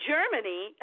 Germany